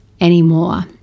anymore